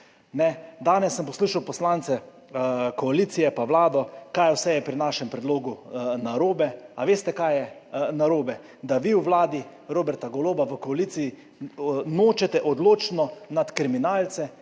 Danes sem poslušal poslance koalicije pa vlado, kaj vse je pri našem predlogu narobe. Veste, kaj je narobe? Da vi v vladi Roberta Goloba, v koaliciji nočete odločno nad kriminalce